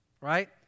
right